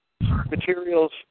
materials